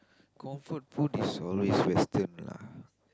comfort food is always wasted